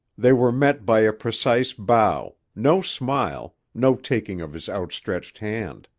they were met by a precise bow, no smile, no taking of his outstretched hand.